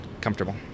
comfortable